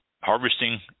harvesting